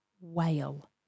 whale